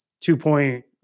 two-point